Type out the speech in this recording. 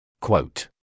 Quote